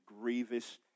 grievous